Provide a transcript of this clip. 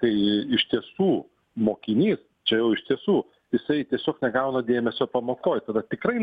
kai iš tiesų mokinys čia jau iš tiesų jisai tiesiog negauna dėmesio pamokoj tada tikrai